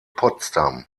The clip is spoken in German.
potsdam